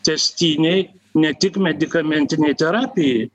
tęstinei ne tik medikamentinei terapijai